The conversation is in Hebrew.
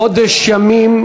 חודש ימים,